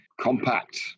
compact